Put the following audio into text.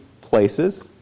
places